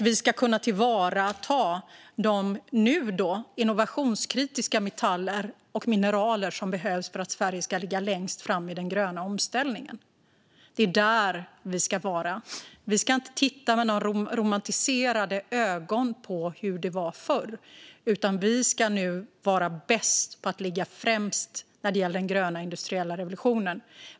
Vi ska kunna tillvarata de nu innovationskritiska metaller och mineral som behövs för att Sverige ska ligga längst fram i den gröna omställningen. Det är där vi ska vara. Vi ska inte titta med romantiserande ögon på hur det var förr, utan nu ska vi ligga främst när det gäller den gröna industriella revolutionen.